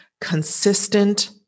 consistent